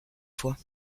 fois